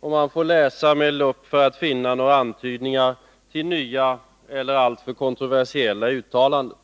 och man får läsa med lupp för att finna några antydningar till nya eller alltför kontroversiella uttalanden.